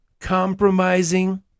compromising